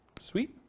Sweet